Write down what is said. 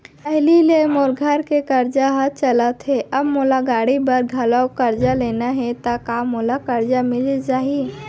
पहिली ले मोर घर के करजा ह चलत हे, अब मोला गाड़ी बर घलव करजा लेना हे ता का मोला करजा मिलिस जाही?